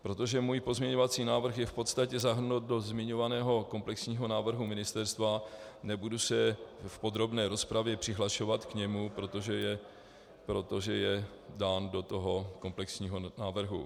Protože můj pozměňovací návrh je v podstatě zahrnut do zmiňovaného komplexního návrhu ministerstva, nebudu se v podrobné rozpravě k němu přihlašovat, protože je dán do toho komplexního návrhu.